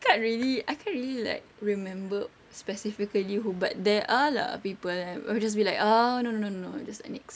I can't really I can't really like remember specifically who but there are lah people I will just be like ah no no no no no just I next